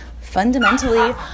Fundamentally